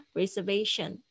reservation